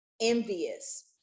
envious